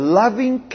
loving